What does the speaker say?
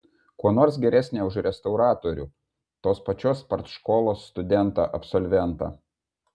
kuo nors geresnė už restauratorių tos pačios partškolos studentą absolventą